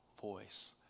voice